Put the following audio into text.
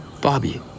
Bobby